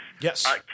Yes